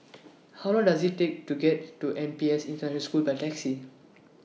How Long Does IT Take to get to N P S International School By Taxi